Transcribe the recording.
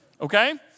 Okay